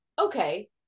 okay